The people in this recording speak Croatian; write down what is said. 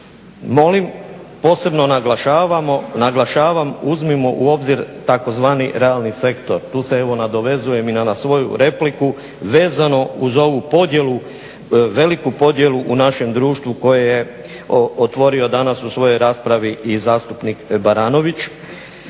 zakona, posebno naglašavam uzmimo u obzir tzv. realni sektor. Tu se evo nadovezujem i na svoju repliku, vezano uz ovu podjelu, veliku podjelu u našem društvu koje je otvorio danas u svojoj raspravi i zastupnik Baranović